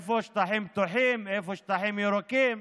איפה שטחים פתוחים, איפה שטחים ירוקים.